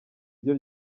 ryo